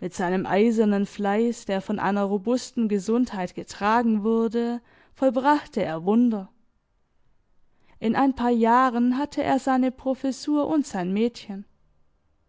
mit seinem eisernen fleiß der von einer robusten gesundheit getragen wurde vollbrachte er wunder in ein paar jahren hatte er seine professur und sein mädchen